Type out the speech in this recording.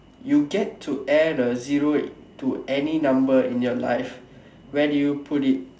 you get to add a zero to any number in your life where do you put it